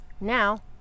Now